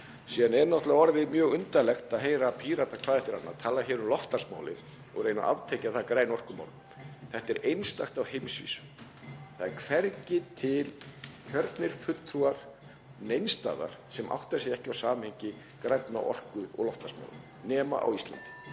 Síðan er náttúrlega orðið mjög undarlegt að heyra Pírata hvað eftir annað tala um loftslagsmálin og reyna að aftengja það grænum orkumálum. Þetta er einstakt á heimsvísu. Það eru hvergi til kjörnir fulltrúar neins staðar sem átta sig ekki á samhengi grænnar orku og loftslagsmála nema á Íslandi.